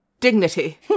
Dignity